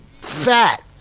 fat